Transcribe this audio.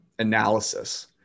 analysis